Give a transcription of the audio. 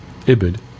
Ibid